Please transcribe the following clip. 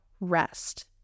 rest